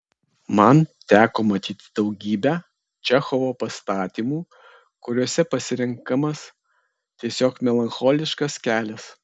man teko matyti daugybę čechovo pastatymų kuriuose pasirenkamas tiesiog melancholiškas kelias